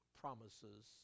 promises